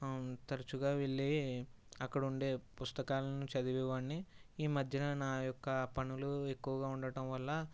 తరచుగా వెళ్ళి అక్కడ ఉండే పుస్తకాలను చదివే వాడిని ఈ మధ్య నా యొక్క పనులు ఎక్కువగా ఉండటం వలన